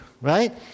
right